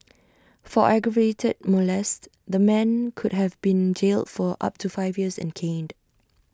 for aggravated molest the man could have been jailed for up to five years and caned